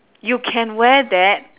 you can wear that